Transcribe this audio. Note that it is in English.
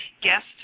guest